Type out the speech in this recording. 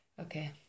Okay